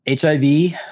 HIV